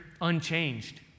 unchanged